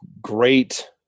great